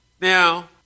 Now